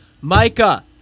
Micah